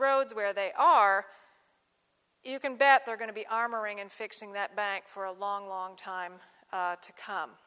roads where they are you can bet they're going to be armoring and fixing that bank for a long long time to come